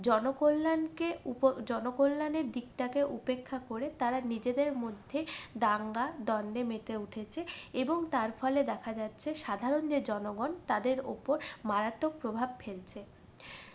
জনকল্যাণকে উপ জনকল্যাণের দিকটাকে উপেক্ষা করে তারা নিজেদের মধ্যেই দাঙ্গা দ্বন্দ্বে মেতে উঠেছে এবং তার ফলে দেখা যাচ্ছে সাধারণ যে জনগণ তাদের ওপর মারাত্মক প্রভাব ফেলছে